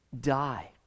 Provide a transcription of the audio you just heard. die